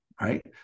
right